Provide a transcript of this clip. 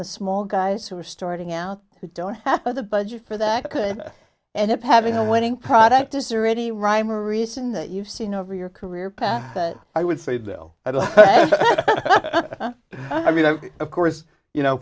the small guys who are starting out who don't have the budget for that could end up having a winning product is there any rhyme or reason that you've seen over your career path but i would say though i don't i mean of course you know